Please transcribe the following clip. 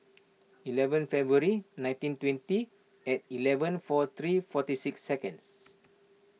eleven February nineteen twenty at eleven four three forty six seconds